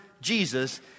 Jesus